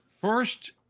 First